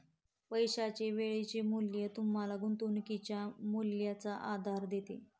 पैशाचे वेळेचे मूल्य तुम्हाला गुंतवणुकीच्या मूल्याचा आधार देते